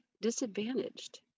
disadvantaged